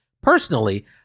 Personally